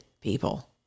people